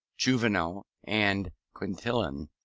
juvenal, and quintilian.